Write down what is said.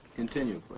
continue,